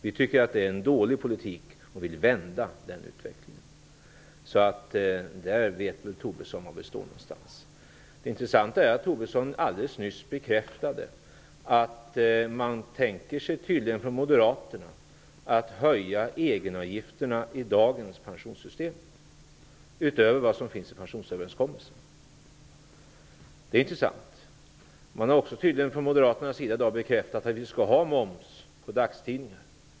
Vi tycker att det är en dålig politik och vill vända den utvecklingen. På den punkten vet nog Tobisson var vi står. Det intressanta är att Tobisson alldeles nyss bekräftade att moderaterna tydligen tänker sig att höja egenavgifterna i dagens pensionssystem utöver vad som anges i pensionsöverenskommelsen. Det är intressant. Man har också från moderaternas sida i dag bekräftat att vi skall ha moms på dagstidningar.